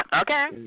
okay